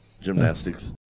Gymnastics